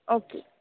okay